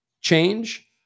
change